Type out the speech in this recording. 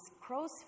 crow's